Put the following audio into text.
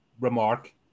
remark